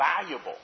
valuable